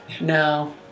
No